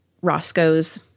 Roscoe's